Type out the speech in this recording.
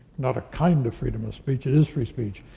not a kind of freedom of speech, it is free speech.